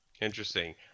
interesting